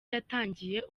yatangiye